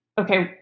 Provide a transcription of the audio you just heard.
okay